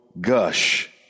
gush